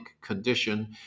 condition